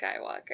Skywalker